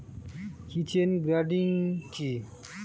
Kitchen gardening কি?